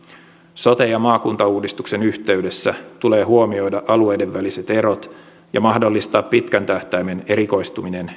sote ja maakuntauudistuksen yhteydessä tulee huomioida alueiden väliset erot ja mahdollistaa pitkän tähtäimen erikoistuminen